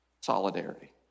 Solidarity